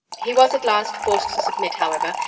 he was at last forced to submit, however,